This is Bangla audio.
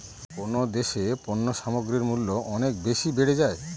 কোন দেশে পণ্য সামগ্রীর মূল্য অনেক বেশি বেড়ে যায়?